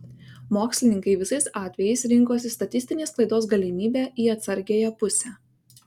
mokslininkai visais atvejais rinkosi statistinės klaidos galimybę į atsargiąją pusę